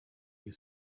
you